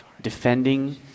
defending